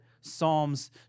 psalms